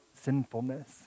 sinfulness